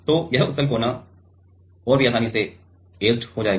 तो यह उत्तल कोना और भी आसानी से ऐचेड जाएगा